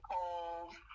cold